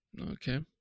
Okay